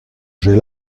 j’ai